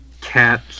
cat